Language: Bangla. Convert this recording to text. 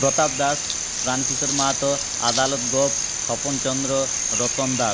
প্রতাপ দাস প্রাণকিশোর মাহাতো আদালত গোপ স্বপন চন্দ্র রতন দাঁ